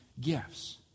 gifts